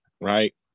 right